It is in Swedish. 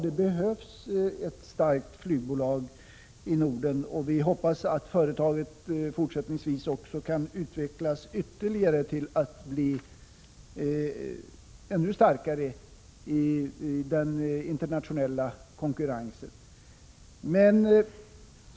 Det behövs ett starkt flygbolag i Norden, och vi hoppas att företaget också fortsättningsvis skall kunna utvecklas och därmed bli ännu starkare i den internationella konkurrensen.